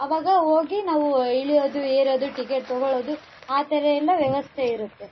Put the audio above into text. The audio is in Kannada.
ಆವಾಗ ಹೋಗಿ ನಾವೂ ಇಳಿಯೋದು ಏರೋದು ಟಿಕೆಟ್ ತೊಗೊಳ್ಳೋದು ಆ ಥರಯೆಲ್ಲ ವ್ಯವಸ್ಥೆ ಇರುತ್ತೆ